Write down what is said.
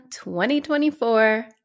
2024